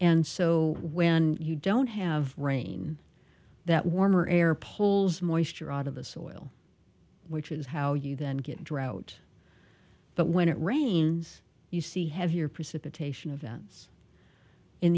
and so when you don't have rain that warmer air pulls moisture out of the soil which is how you then get drought but when it rains you see heavier precipitation of events in